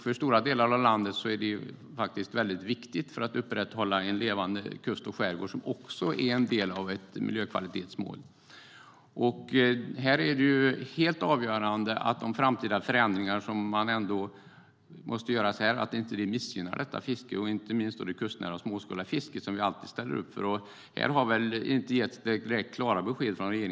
För stora delar av landet är fisket väldigt viktigt för att upprätthålla en levande kust och skärgård, vilket också är en del av ett miljökvalitetsmål. Här är det helt avgörande att de framtida förändringar som ändå måste göras inte missgynnar detta fiske. Inte minst talar vi om det kustnära, småskaliga fisket som vi alltid ställer upp för. Regeringen har inte direkt gett några klara besked om detta.